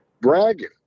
bragging